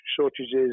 shortages